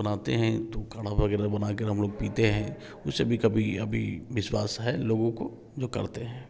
बनाते हैं तो काढ़ा वगैरह बनाकर हम लोग पीते हैं उसे भी कभी अभी विश्वास है लोगों को जो करते हैं